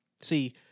See